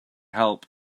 help